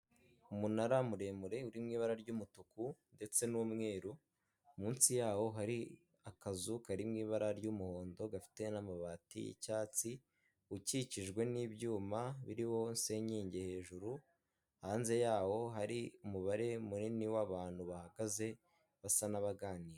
Umunara muremure uri mu ibara ry'umutuku ndetse n'umweru, munsi yawo hari akazu kari mu ibara ry'umuhondo gafite n'amabati y'icyatsi, ukikijwe n'ibyuma biriho senkenge hejuru, hanze yawo hari umubare munini w'abantu bahagaze basa n'abaganira.